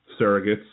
surrogates